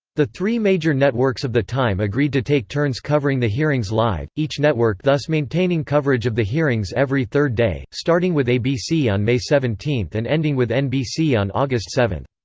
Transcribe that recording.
the three major networks of the time agreed to take turns covering the hearings live, each network thus maintaining coverage of the hearings every third day, starting with abc on may seventeen and ending with nbc on august seven.